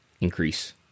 increase